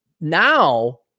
now